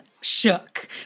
shook